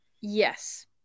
Yes